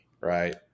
Right